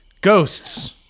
ghosts